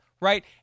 right